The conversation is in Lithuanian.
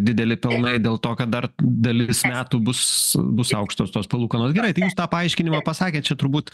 dideli pelnai dėl to kad dar dalis metų bus bus aukštos tos palūkanos gerai tai jūs tą paaiškinimą pasakėt čia turbūt